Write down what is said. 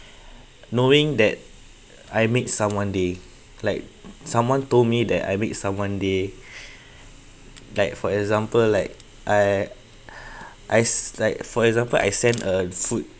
knowing that I make someone day like someone told me that I make someone day like for example like I I s~ like for example I send a food